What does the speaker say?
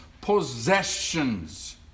possessions